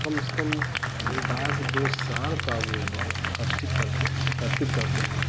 कम से कम एक आध दो साल का गोबर अकठित करते हैं एकत्रित करते हैं